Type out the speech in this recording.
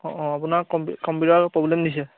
অঁ অঁ আপোনাৰ কম্পিটাৰটো প্ৰব্লেম দিছে